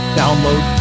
download